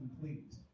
complete